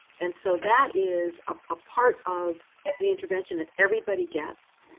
and so that is a part of the intervention that everybody gets.